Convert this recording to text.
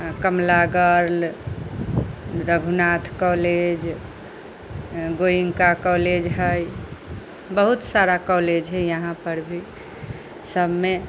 Kamla girl Raghunath college Goenka college है बहुत सारा कॉलेज है यहाँ पर भी सब मे